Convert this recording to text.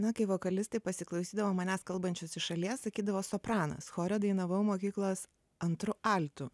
na kai vokalistai pasiklausydavo manęs kalbančios iš šalies sakydavo sopranas chore dainavau mokyklos antru altu